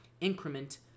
increment